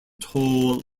toll